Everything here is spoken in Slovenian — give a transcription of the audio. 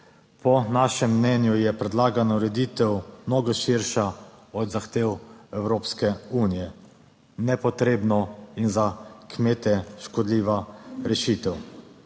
Po našem mnenju je predlagana ureditev mnogo širša od zahtev Evropske unije – nepotrebno in za kmete škodljiva rešitev.